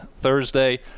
Thursday